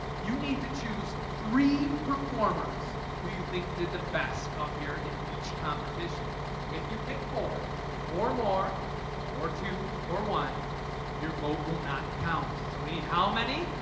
you need to choose three performers who you think did the best up here in each competition if you pick four or more or two or one your vote will not count. so we need how many